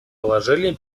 положений